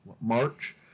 March